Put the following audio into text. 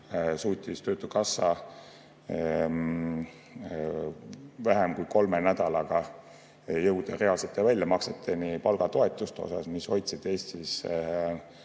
suutis töötukassa vähem kui kolme nädalaga jõuda reaalsete väljamakseteni palgatoetuste osas, mis hoidsid Eestis